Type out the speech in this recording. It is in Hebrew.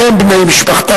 לכם, בני משפחתה,